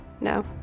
No